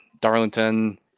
Darlington